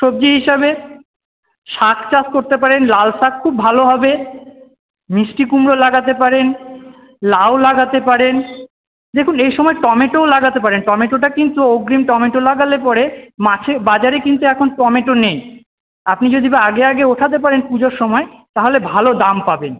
সবজি হিসাবে শাক চাষ করতে পারেন লাল শাক খুব ভালো হবে মিষ্টি কুমড়ো লাগাতে পারেন লাউ লাগাতে পারেন দেখুন এইসময় টমেটোও লাগাতে পারেন টমেটোটা কিন্তু অগ্রিম টমেটো লাগালে পরে মাছে বাজারে কিন্তু এখন টমেটো নেই আপনি যদি আগে আগে ওঠাতে পারেন পুজোর সময় তাহলে ভালো দাম পাবেন